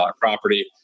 property